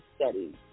studies